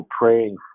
praying